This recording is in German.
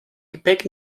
gepäck